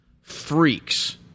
freaks